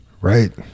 Right